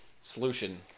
Solution